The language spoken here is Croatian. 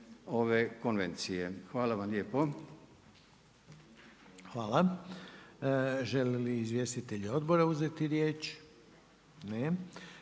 (Nezavisni)** Hvala lijepa. Žele li izvjestitelji odbora uzeti riječ? Ne.